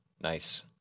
Nice